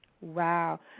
Wow